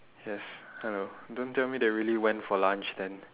yes hello don't tell me they really went for lunch then